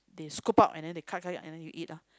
they scoop up and then they cut cut and then you eat lor